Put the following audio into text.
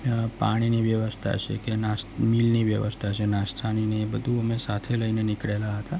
પાણીની વ્યવસ્થા છે કે નાસ મિલની વ્યવસ્થા છે નાસ્તાની ને એ બધું અમે સાથે લઈને નીકળેલા હતા